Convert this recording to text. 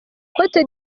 cote